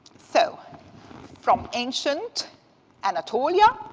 so from ancient anatolia,